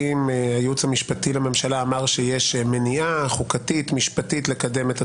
שאם רוצים שבאמת תהיה הגשמה של חוק היסוד כגורם שמבטא הסכמה רחבה,